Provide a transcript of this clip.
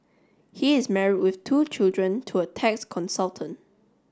he is married with two children to a tax consultant